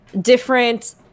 different